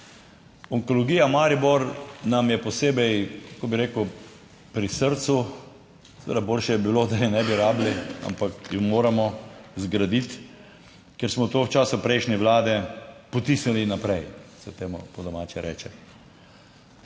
Onkologija Maribor nam je posebej, kako bi rekel, pri srcu, seveda boljše je bilo, da je ne bi rabili, ampak jo moramo zgraditi, ker smo to v času prejšnje vlade potisnili naprej, se temu po domače reče.